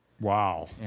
Wow